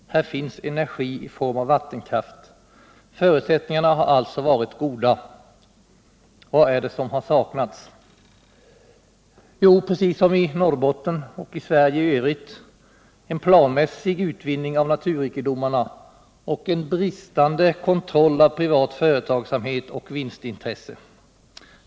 Här finns energi i form av vattenkraft. Förutsättningarna har alltså varit goda. Vad är det som har saknats? Jo, precis som i Norrbotten och i Sverige i övrigt, en planmässig utvinning av naturrikedomarna och en bristande kontroll av privat företagsamhet och vinstintresse.